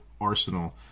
arsenal